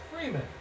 Freeman